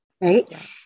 Right